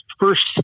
first